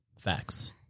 facts